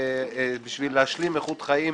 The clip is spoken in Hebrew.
ובשביל להשלים איכות חיים